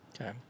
Okay